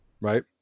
right